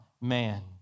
man